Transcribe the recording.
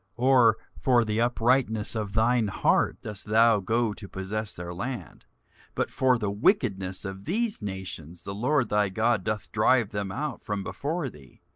or for the uprightness of thine heart, dost thou go to possess their land but for the wickedness of these nations the lord thy god doth drive them out from before thee,